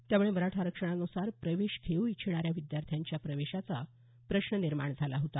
त्यामुळे मराठा आरक्षणानुसार प्रवेश घेऊ इच्छिणाऱ्या विद्यार्थ्यांच्या प्रवेशाचा प्रश्न निर्माण झाला होता